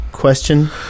question